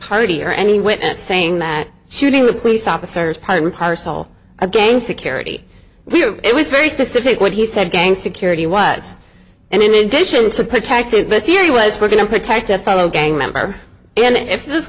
party or any witness saying that shooting with police officers probably parcel again security it was very specific when he said gang security was and in addition to protected the theory was we're going to protect a fellow gang member and if this